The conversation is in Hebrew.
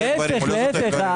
זוטי דברים או לא זוטי דברים?